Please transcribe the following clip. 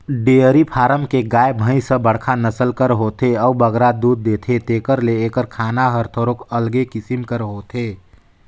dairy farm के गाय, भंइस ह बड़खा नसल कर होथे अउ बगरा दूद देथे तेकर ले एकर खाना हर थोरोक अलगे किसिम कर होथे